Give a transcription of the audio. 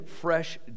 fresh